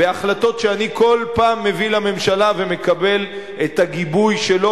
בהחלטות שאני כל פעם מביא לממשלה ומקבל את הגיבוי שלו,